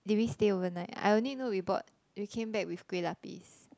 did we stay overnight I only know we bought we came back with Kueh-Lapis